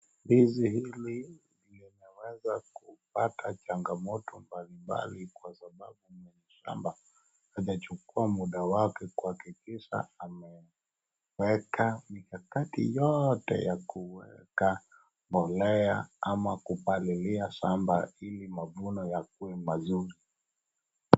Hizi ndizi zimeweza kupata changamoto mbalimbali kwa sababu zimechukua muda wake kuhakikisha ameweka wakati wote wa kuweka mbolea ama kupalilia shamba ili mavuno yakuwe mazuri.